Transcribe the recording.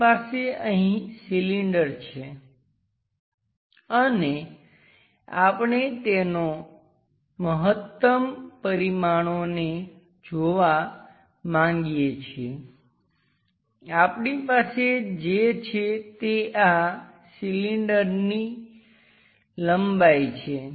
આપણી પાસે અહીં સિલિન્ડર છે અને આપણે તેનાં મહત્તમ પરિમાણોને જોવા માંગીએ છીએ આપણી પાસે જે છે તે આ સિલિન્ડરની આ લંબાઈ છે